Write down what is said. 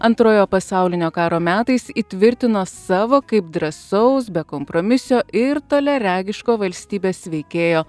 antrojo pasaulinio karo metais įtvirtino savo kaip drąsaus bekompromisio ir toliaregiško valstybės veikėjo